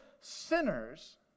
sinners